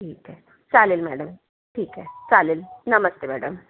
ठीक आहे चालेल मॅडम ठीक आहे चालेल नमस्ते मॅडम